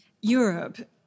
Europe